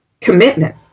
commitment